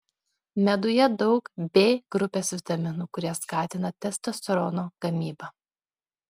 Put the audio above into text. meduje daug b grupės vitaminų kurie skatina testosterono gamybą